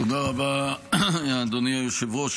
תודה רבה, אדוני היושב-ראש.